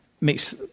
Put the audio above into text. makes